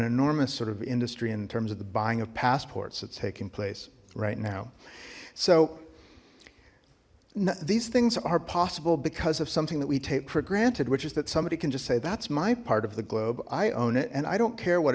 enormous sort of industry in terms of the buying of passports that's taking place right now so these things are possible because of something that we take for granted which is that somebody can just say that's my part of the globe i own it and i don't care what